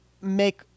make